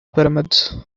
pyramids